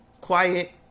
Quiet